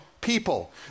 people